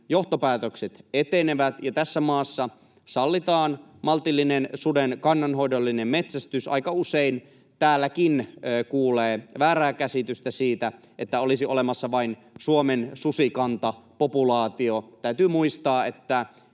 johtopäätökset etenevät, ja tässä maassa sallitaan suden maltillinen kannanhoidollinen metsästys. Aika usein täälläkin kuulee väärää käsitystä siitä, että olisi olemassa vain Suomen susikantapopulaatio. Täytyy muistaa, että